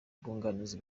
ubwunganizi